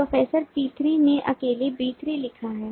professor P3 ने अकेले B3 लिखा है